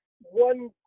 one